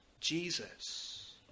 Jesus